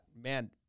man